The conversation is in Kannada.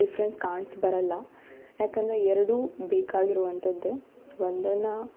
ಡಿಫ್ರೆನ್ಸ್ ಕಾಣ್ಸ್ ಬರಲ್ಲ ಯಾಕೆಂದರೆ ಎರಡು ಬೇಕಾಗಿರುವಂಥದ್ದೇ ಒಂದನ್ನ